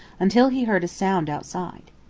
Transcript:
until he heard a sound outside.